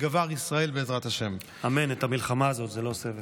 שגרירות ושגרירים שנמצאים איתנו,